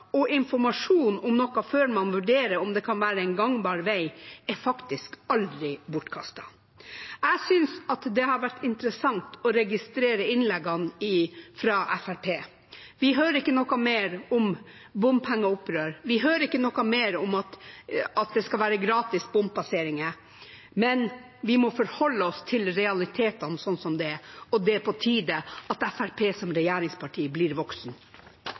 og informasjon om noe før man vurderer om det kan være en gangbar veg, er faktisk aldri bortkastet. Jeg synes det har vært interessant å registrere innleggene fra Fremskrittspartiet. Vi hører ikke noe mer om bompengeopprør, vi hører ikke noe mer om at det skal være gratis bompasseringer. Men vi må forholde oss til realitetene slik de er, og det er på tide at Fremskrittspartiet som regjeringsparti blir